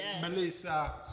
Melissa